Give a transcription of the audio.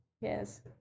Yes